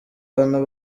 abantu